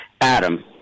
Adam